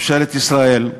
ממשלת ישראל,